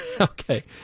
Okay